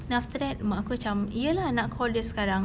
then after that mak aku macam ya lah nak call dia sekarang